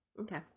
Okay